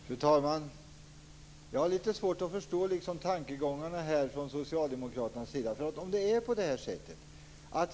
Fru talman! Jag har litet svårt att förstå socialdemokraternas tankegångar här.